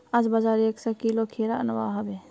आज बाजार स एक किलो खीरा अनवा हबे